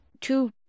Two